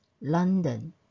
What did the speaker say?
London